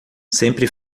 sempre